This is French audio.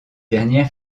dernière